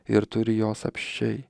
ir turi jos apsčiai